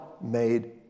made